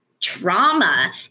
trauma